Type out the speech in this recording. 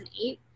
2008